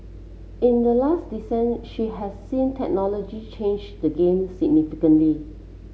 in the last decent she has seen technology change the game significantly